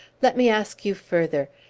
let me ask you, further,